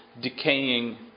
decaying